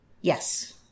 Yes